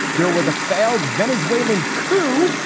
there was a failed venezuelan coup,